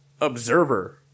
Observer